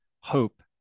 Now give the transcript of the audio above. hope